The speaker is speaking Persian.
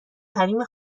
حریم